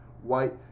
white